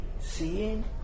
seeing